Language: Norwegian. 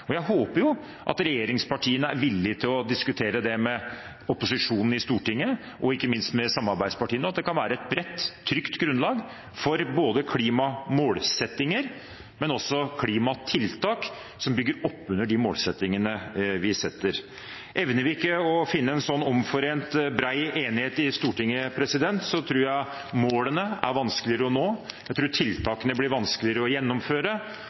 Jeg håper jo at regjeringspartiene er villige til å diskutere det med opposisjonen i Stortinget og ikke minst med samarbeidspartiene, og at det kan være et bredt, trygt grunnlag ikke bare for klimamålsettinger, men også for klimatiltak som bygger oppunder de målsettingene vi setter. Evner vi ikke å finne en sånn omforent, bred enighet i Stortinget, så tror jeg målene er vanskeligere å nå, jeg tror tiltakene blir vanskeligere å gjennomføre,